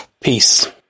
Peace